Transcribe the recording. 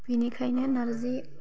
बेनिखायनो नारजि